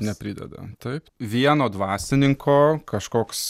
neprideda taip vieno dvasininko kažkoks